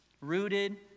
Rooted